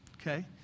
okay